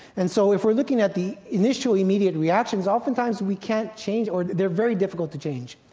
and so if we're looking at the initial immediate reactions oftentimes we can't change or they are very difficult to change.